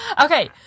Okay